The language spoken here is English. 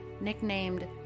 nicknamed